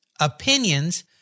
opinions